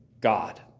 God